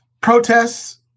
Protests